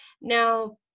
Now